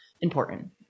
important